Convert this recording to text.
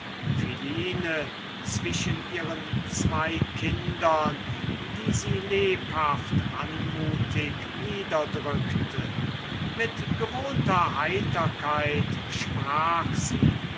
zwischen ihren zwei kindern die sie lebhaft anmutig niederdrückte mit gewohnter heiterkeit sprach sie